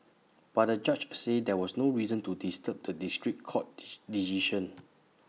but the judge said there was no reason to disturb the district court's decision